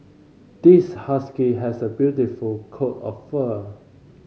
this husky has a beautiful coat of fur